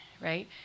right